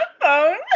phone